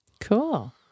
Cool